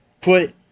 put